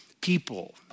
people